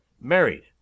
Married